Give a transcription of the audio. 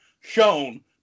shown